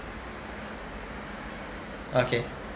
okay